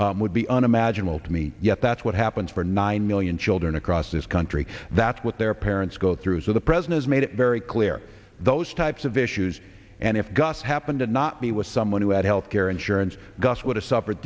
earache would be unimaginable to me yet that's what happens for nine million children across this country that's what their parents go through so the president made it very clear those types of issues and if gus happened to not be with someone who had health care insurance would have suffered